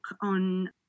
on